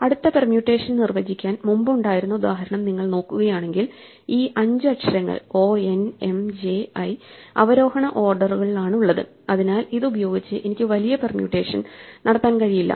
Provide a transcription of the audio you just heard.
അടുത്ത പെർമ്യൂട്ടേഷൻ നിർവ്വചിക്കാൻ മുമ്പ് ഉണ്ടായിരുന്ന ഉദാഹരണം നിങ്ങൾ നോക്കുകയാണെങ്കിൽ ഈ അഞ്ച് അക്ഷരങ്ങൾ o n m j i അവരോഹണ ഓർഡറുകളിലാണുള്ളത് അതിനാൽ ഇത് ഉപയോഗിച്ച് എനിക്ക് വലിയ പെർമ്യൂട്ടേഷൻ നടത്താൻ കഴിയില്ല